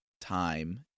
time